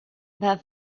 their